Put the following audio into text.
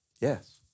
Yes